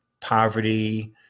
poverty